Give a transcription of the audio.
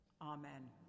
Amen